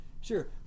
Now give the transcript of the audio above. Sure